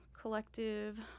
collective